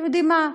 אתם יודעים מה?